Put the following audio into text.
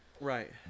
Right